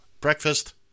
breakfast